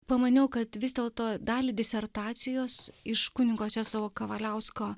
pamaniau kad vis dėlto dalį disertacijos iš kunigo česlovo kavaliausko